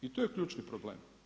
I to je ključni problem.